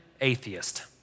atheist